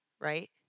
Right